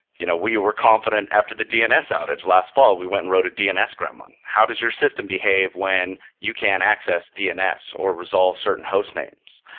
you know we were confident after the dns outage last fall. we went and wrote a dns gremlin. how does your system behave when you can't access dns, or resolve certain host names?